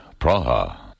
Praha